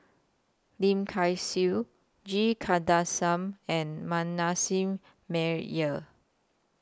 Lim Kay Siu G Kandasamy and Manasseh Meyer